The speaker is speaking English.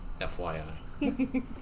FYI